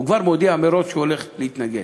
הוא כבר מודיע מראש שהוא הולך להתנגד.